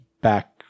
back